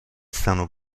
stanno